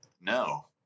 No